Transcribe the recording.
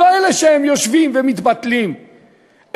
לא אלה שיושבים ומתבטלים,